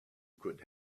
could